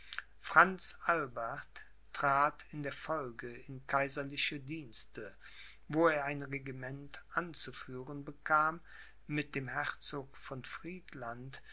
franz albert trat in der folge in kaiserliche dienste wo er ein regiment anzuführen bekam mit dem herzog von friedland